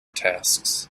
tasks